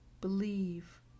believe